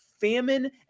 famine